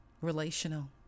relational